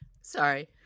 Sorry